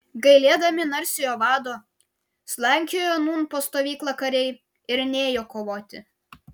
gailėdami narsiojo vado slankiojo nūn po stovyklą kariai ir nėjo kovoti